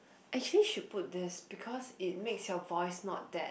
actually should put this because it makes your voice not that